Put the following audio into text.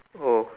oh